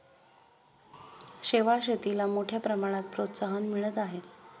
शेवाळ शेतीला मोठ्या प्रमाणात प्रोत्साहन मिळत आहे